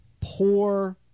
poor